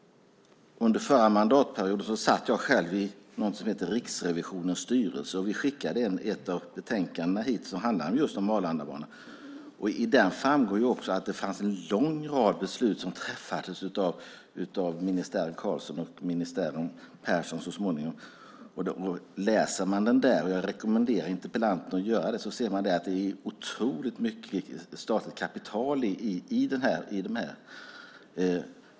Under förra mandatperioden satt jag själv i Riksrevisionens styrelse. Vi skickade ett av betänkandena om Arlandabanan hit. Av det framgår att det fanns en lång rad beslut som träffades av ministären Carlsson och så småningom ministären Persson. Jag rekommenderar interpellanten att läsa betänkandet. Där framgår att det gick in otroligt mycket statligt kapital i detta.